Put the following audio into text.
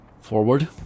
Forward